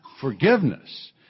forgiveness